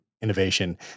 innovation